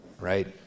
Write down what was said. right